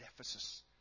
Ephesus